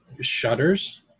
shutters